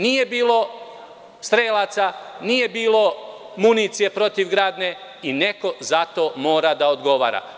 Nije bilo strelaca, nije bilo municije protivgradne i neko za to mora da odgovara.